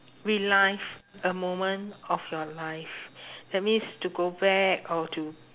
relive a moment of your life that means to go back or to